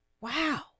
Wow